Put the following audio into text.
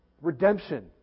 Redemption